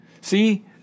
See